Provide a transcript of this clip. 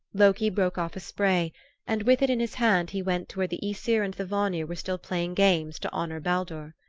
loki broke off a spray and with it in his hand he went to where the aesir and the vanir were still playing games to honor baldur.